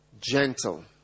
gentle